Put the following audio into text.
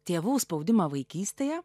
tėvų spaudimą vaikystėje